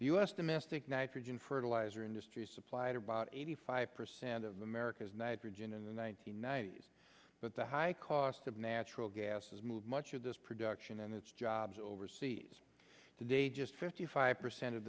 s domestic nitrogen fertilizer industry supplied about eighty five percent of america's nitrogen in the one nine hundred ninety s but the high cost of natural gas has moved much of this production and its jobs overseas today just fifty five percent of